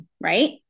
right